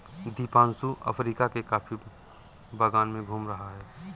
Deepanshu Africa के coffee बागान में घूम रहा है